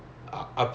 ya